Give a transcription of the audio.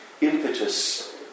impetus